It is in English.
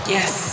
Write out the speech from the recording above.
Yes